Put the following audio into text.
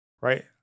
Right